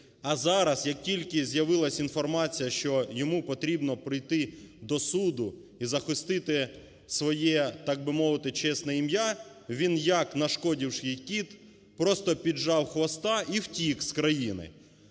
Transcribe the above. А зараз, як тільки з'явилась інформація, що йому потрібно прийти до суду і захистити своє так би мовити чесне ім'я, він, як нашкодивший кіт, просто піджав хвоста і втік з країни.